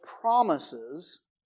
promises